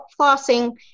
flossing